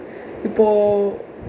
இப்போ:ippoo